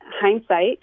hindsight